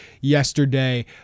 yesterday